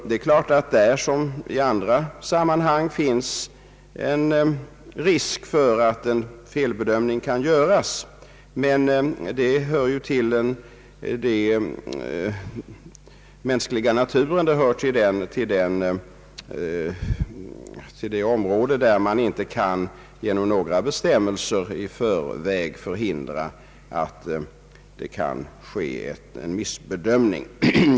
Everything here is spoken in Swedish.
Det är klart att där som i andra sammanhang finns en risk för felbedömning, men detta hör ju till den mänskliga naturen. Det hör till det område där man inte kan genom bestämmelser i förväg hindra missbedömningar.